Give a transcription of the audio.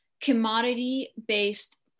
commodity-based